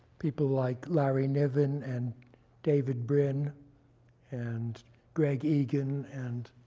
people like larry nevin and david brin and greg egan and